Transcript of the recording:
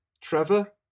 Trevor